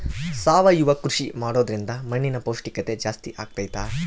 ಸಾವಯವ ಕೃಷಿ ಮಾಡೋದ್ರಿಂದ ಮಣ್ಣಿನ ಪೌಷ್ಠಿಕತೆ ಜಾಸ್ತಿ ಆಗ್ತೈತಾ?